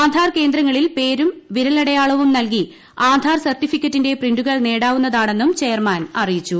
ആധാർ കേന്ദ്രങ്ങളിൽ പേരും വിരലടയാളവും നൽകി ആധാർ സർട്ടിഫിക്കറ്റിന്റെ പ്രിന്റുകൾ നേടാവുന്നതാണെന്നും ചെയർമാൻ അറിയിച്ചു